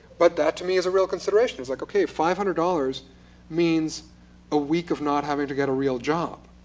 but that to me is a real consideration. it's like ok, five hundred dollars means a week of not having to get a real job.